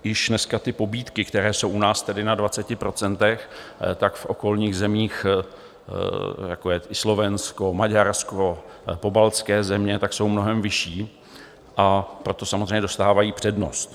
Již dneska ty pobídky, které jsou u nás na 20 %, tak v okolních zemích, jako je Slovensko, Maďarsko, pobaltské země, tak jsou mnohem vyšší, a proto samozřejmě dostávají přednost.